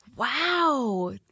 Wow